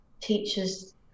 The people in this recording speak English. teachers